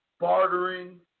Bartering